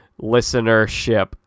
listenership